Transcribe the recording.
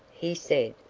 he said,